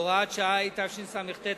(הוראת שעה), התשס"ט 2009,